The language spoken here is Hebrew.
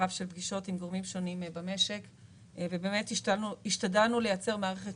הגורמים האלה שלא מגיעים